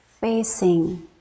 facing